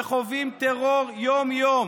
שחווים טרור יום-יום,